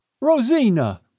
Rosina